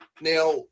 Now